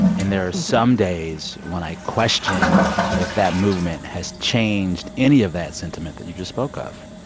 and there are some days when i question if that movement has changed any of that sentiment that you just spoke of.